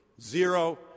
Zero